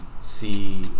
see